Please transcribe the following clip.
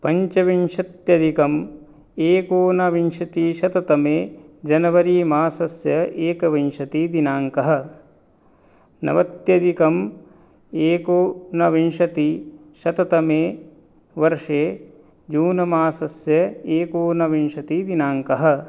पञ्चविंशत्यधिकं एकोनविंशतिशततमे जनवरी मासस्य एकविंशतिः दिनाङ्कः नवत्यधिकं एकोनविंशतिशततमे वर्षे जून मासस्य एकोनविंशतिः दिनाङ्कः